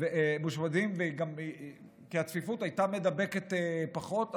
כי הצפיפות הייתה מידבקת פחות.